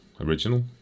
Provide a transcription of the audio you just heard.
Original